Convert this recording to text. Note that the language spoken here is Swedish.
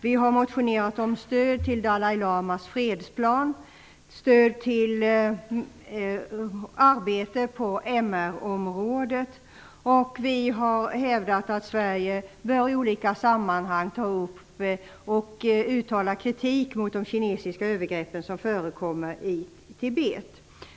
Vi har motionerat om stöd till Dalai Lamas fredsplan, stöd till arbete på MR-området och vi har hävdat att Sverige i olika sammanhang bör ta upp och uttala kritik mot de kinesiska övergreppen som förekommer i Tibet.